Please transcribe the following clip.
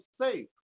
safe